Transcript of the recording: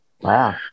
Wow